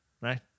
right